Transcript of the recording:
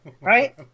Right